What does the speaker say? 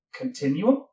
Continuum